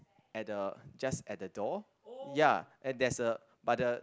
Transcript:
at the just at the door ya at there's a but the